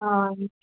हय